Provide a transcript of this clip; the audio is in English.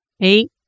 Eight